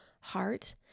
heart